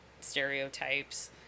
stereotypes